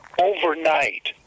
overnight